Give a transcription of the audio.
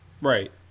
Right